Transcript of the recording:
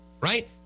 right